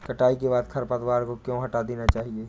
कटाई के बाद खरपतवार को क्यो हटा देना चाहिए?